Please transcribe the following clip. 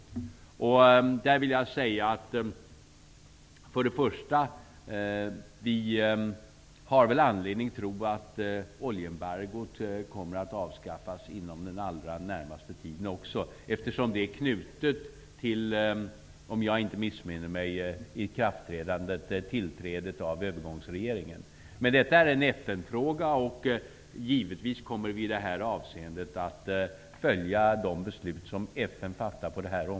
Först och främst vill jag säga att vi har anledning tro att också oljeembargot kommer att avskaffas inom den allra närmaste tiden. Det är, om jag inte missminner mig, knutet till tillträdet för övergångsregeringen. Men detta är en FN-fråga. Givetvis kommer vi i detta avseende att följa de beslut som FN fattar.